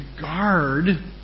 guard